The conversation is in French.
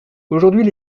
aujourd’hui